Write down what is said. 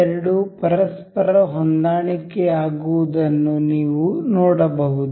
ಈ ಎರಡು ಪರಸ್ಪರ ಹೊಂದಾಣಿಕೆ ಆಗುವದನ್ನು ನೀವು ನೋಡಬಹುದು